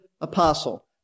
apostle